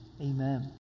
Amen